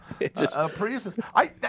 Priuses